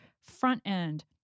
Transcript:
front-end